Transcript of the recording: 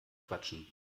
quatschen